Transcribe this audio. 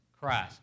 Christ